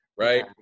right